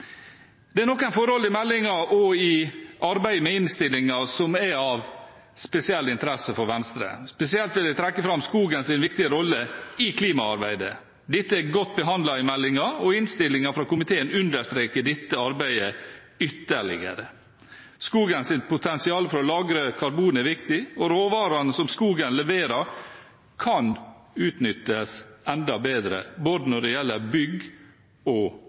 Det er noen forhold i meldingen og i arbeidet med innstillingen som er av spesiell interesse for Venstre. Spesielt vil jeg trekke fram skogens viktige rolle i klimaarbeidet. Dette er godt behandlet i meldingen, og innstillingen fra komiteen understreker dette arbeidet ytterligere. Skogens potensial for å lagre karbon er viktig, og råvarene som skogen leverer, kan utnyttes enda bedre når det gjelder både bygg og